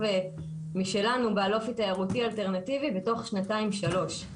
משלנו בעל אופטי תיירותי אלטרנטיבי בתוך שנתיים שלוש.